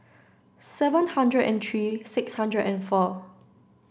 seven hundred and three six hundred and four